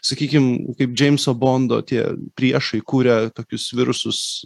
sakykim kaip džeimso bondo tie priešai kuria tokius virusus